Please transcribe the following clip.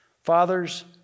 Fathers